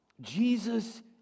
Jesus